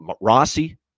Rossi